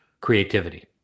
creativity